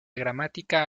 gramática